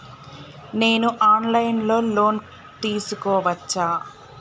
నేను online లో loan తీసుకోవచ్చా?